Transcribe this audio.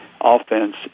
offense